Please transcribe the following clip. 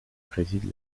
préside